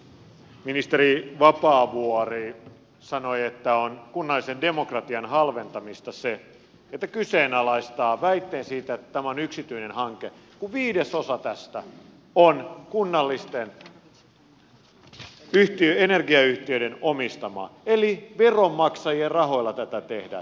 ministeri vapaavuori sanoi että on kunnallisen demokratian halventamista se että kyseenalaistaa väitteen siitä että tämä on yksityinen hanke kun viidesosa tästä on kunnallisten energiayhtiöiden omistamaa eli veronmaksajien rahoilla tätä tehdään